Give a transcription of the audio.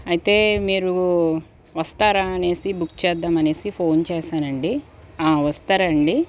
అయితే మీరు వస్తారా అనేసి బుక్ చేద్దాం అనేసి ఫోన్ చేశానండి వస్తారా అండి